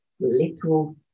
little